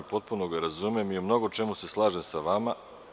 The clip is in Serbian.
Potpuno ga razumem i u mnogo čemu se slažem sa vama.